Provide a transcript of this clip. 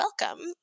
welcome